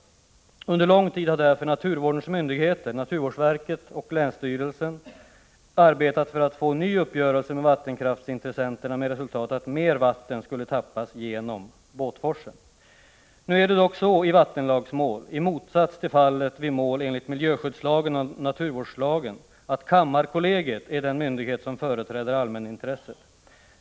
Under lång tid har därför naturvårdens myndigheter — naturvårdsverket och länsstyrelsen — arbetat för att få en ny uppgörelse med vattenkraftsintressenterna med resultat att mer vatten skulle tappas genom Båtforsen. Det är dock så i vattenlagsmål — i motsats till fallet vid mål enligt miljöskyddslagen och naturvårdslagen — att kammarkollegiet är den myndighet som företräder allmänintresset.